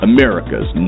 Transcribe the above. America's